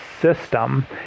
system